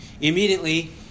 Immediately